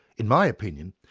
in my opinion,